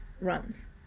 runs